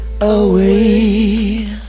away